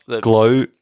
glow